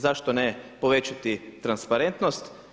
Zašto ne povećati transparentnost?